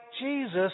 Jesus